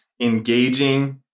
engaging